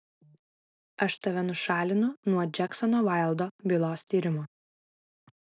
aš tave nušalinu nuo džeksono vaildo bylos tyrimo